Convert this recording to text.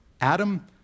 Adam